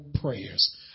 prayers